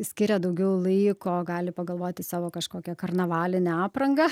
skiria daugiau laiko gali pagalvoti savo kažkokią karnavalinę aprangą